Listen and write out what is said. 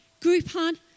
Groupon